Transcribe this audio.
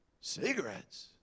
Cigarettes